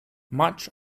much